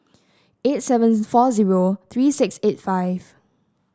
eight seven four zero three six eight five